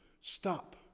stop